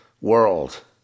world